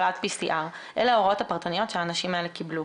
אבל עד PCR. אלה ההוראות הפרטניות שהאנשים האלה קיבלו.